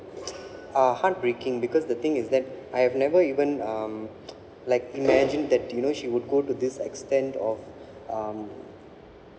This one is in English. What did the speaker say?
uh heartbreaking because the thing is that I have never even um like imagine that you know she would go to this extent of um